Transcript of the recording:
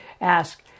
Ask